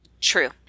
True